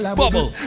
bubble